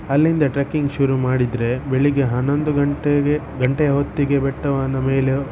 ಅಲ್ಲಿಂದ ಟ್ರೆಕ್ಕಿಂಗ್ ಶುರು ಮಾಡಿದರೆ ಬೆಳಿಗ್ಗೆ ಹನ್ನೊಂದು ಗಂಟೆಗೆ ಗಂಟೆಯ ಹೊತ್ತಿಗೆ ಬೆಟ್ಟವನ್ನು ಮೇಲೆ